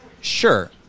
Sure